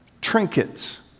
trinkets